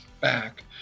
back